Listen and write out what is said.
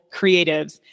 creatives